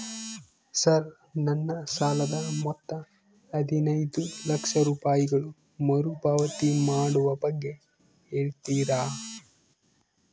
Sir ನನ್ನ ಸಾಲದ ಮೊತ್ತ ಹದಿನೈದು ಲಕ್ಷ ರೂಪಾಯಿಗಳು ಮರುಪಾವತಿ ಮಾಡುವ ಬಗ್ಗೆ ಹೇಳ್ತೇರಾ?